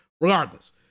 Regardless